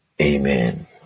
Amen